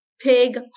pig